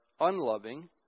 unloving